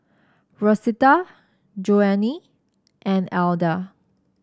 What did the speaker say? Rosita Joanie and Elda